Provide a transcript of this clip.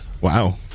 Wow